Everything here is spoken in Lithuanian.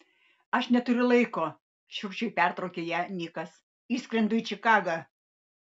aš neturiu laiko šiurkščiai pertraukė ją nikas išskrendu į čikagą